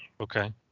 Okay